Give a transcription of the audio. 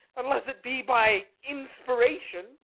unless it be by inspiration?